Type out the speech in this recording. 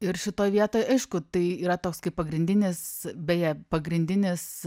ir šitoj vietoj aišku tai yra toks kaip pagrindinis beje pagrindinis